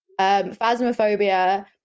Phasmophobia